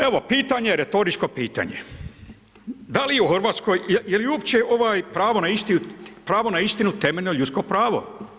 Evo pitanje, retoričko pitanje, da li u Hrvatskoj, je li uopće pravo na istinu temeljno ljudsko pravo?